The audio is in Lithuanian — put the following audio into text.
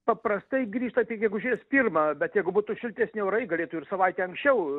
paprastai grįžta tik gegužės pirmą bet jeigu būtų šiltesni orai galėtų ir savaite anksčiau